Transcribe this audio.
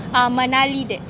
oh manali there